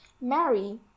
Mary